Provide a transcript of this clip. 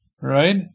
right